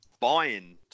buying